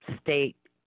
state